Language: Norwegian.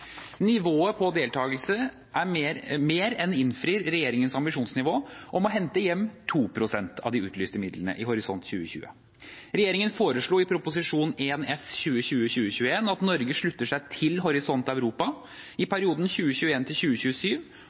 Nivået på deltakelsen mer enn innfrir regjeringens ambisjonsnivå om å hente hjem 2 pst. av de utlyste midlene i Horisont 2020. Regjeringen foreslo i Prop. 1 S for 2020–2021 at Norge slutter seg til Horisont Europa i perioden